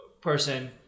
person